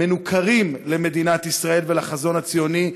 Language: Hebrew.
מנוכרים למדינת ישראל ולחזון הציוני,